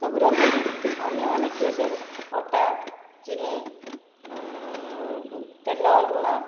ସବୁ ରଖନ୍ତି ଅନ୍ୟମାନେ କିଏ ସେ ଅଟା ଚିନି ତେଲ ଲୁଣ